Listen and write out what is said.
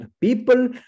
people